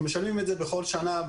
אנחנו משלמים את זה בכל שנה,